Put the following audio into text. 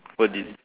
what did